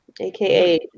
aka